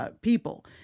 people